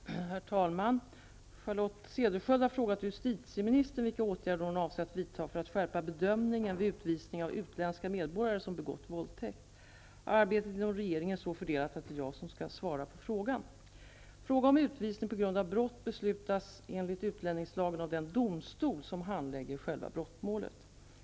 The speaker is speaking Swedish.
Herr talman! Charlotte Cederschiöld har frågat justitieministern vilka åtgärder hon avser vidta för att skärpa bedömningen vid utvisning av utländska medborgare som begått våldtäkt. Arbetet inom regeringen är så fördelat att det är jag som skall svara på frågan. Fråga om utvisning på grund av brott beslutas enligt utlänningslagen av den domstol som handlägger själva brottmålet.